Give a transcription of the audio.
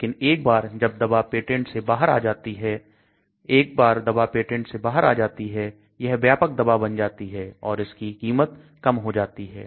लेकिन एक बार जब दवा पेटेंट से बाहर आ जाती है एक बार दबा पेटेंट से बाहर आ जाती है यह व्यापक दवा बन जाती है और इसकी कीमत कम हो जाती है